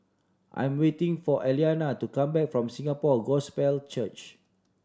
I'm waiting for Aliana to come back from Singapore Gospel Church